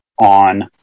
on